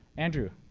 andrew?